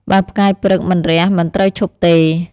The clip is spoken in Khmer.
បើផ្កាយព្រឹកមិនរះមិនត្រូវឈប់ទេ»